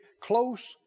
Close